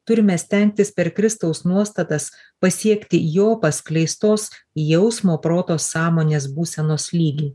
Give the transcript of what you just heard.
turime stengtis per kristaus nuostatas pasiekti jo paskleistos jausmo proto sąmonės būsenos lygį